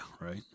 right